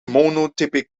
monotypic